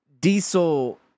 diesel